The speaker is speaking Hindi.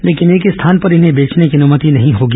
लेकिन एक स्थान पर ेन्हें बेचने की अनुमति नहीं होगी